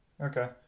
Okay